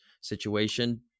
situation